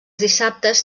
dissabtes